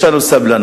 יש לנו סבלנות.